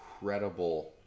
incredible